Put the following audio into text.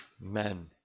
men